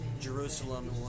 Jerusalem